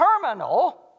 terminal